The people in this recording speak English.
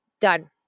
Done